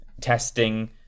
testing